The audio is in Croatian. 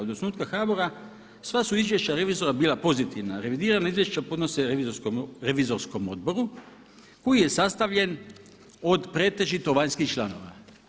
Od osnutka HBOR-a sva su izvješća revizora bila pozitivna, revidirana izvješća podnose revizorskom Odboru koji je sastavljen od pretežito vanjskih članova.